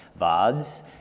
VODs